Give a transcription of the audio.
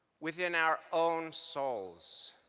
within our own souls